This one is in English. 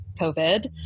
COVID